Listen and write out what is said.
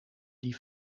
die